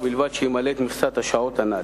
ובלבד שימלא את מכסת השעות הנ"ל.